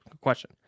question